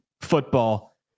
football